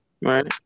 Right